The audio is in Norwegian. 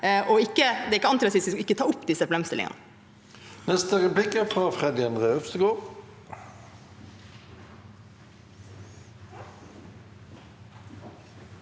Det er ikke antirasistisk å ikke ta opp disse problemstillingene.